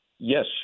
Yes